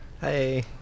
Hey